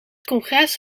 congres